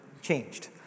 changed